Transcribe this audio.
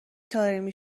طارمی